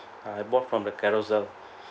I bought from the Carousell